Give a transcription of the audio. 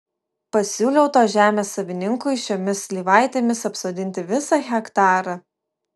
pasiūliau tos žemės savininkui šiomis slyvaitėmis apsodinti visą hektarą